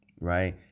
right